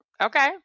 okay